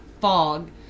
fog